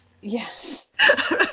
yes